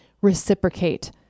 reciprocate